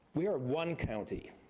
we are one county.